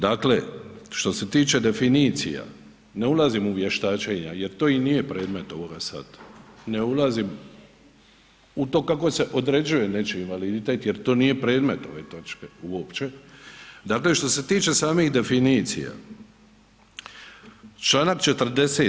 Dakle, što se tiče definicija, ne ulazim u vještačenja jer to nije predmet ovog sad, ne ulazim u to kako se određuje nečiji invaliditet jer to nije predmet ove točke uopće, dakle što se tiče samih definicija, čl. 40.